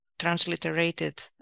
transliterated